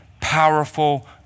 powerful